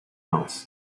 else